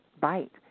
bite